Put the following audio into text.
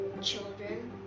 children